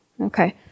Okay